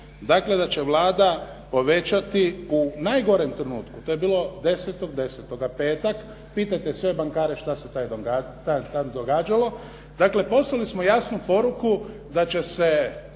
da će Vlada povećati u najgorem trenutku, to je bilo 10.10., petak, pitajte sve bankare što se tad događalo. Dakle, poslali smo jasnu poruku da će se